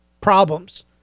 problems